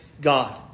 God